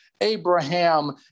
Abraham